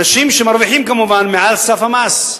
אנשים שמרוויחים, כמובן, מעל סף המס.